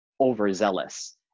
overzealous